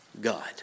God